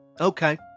Okay